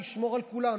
לשמור על כולנו.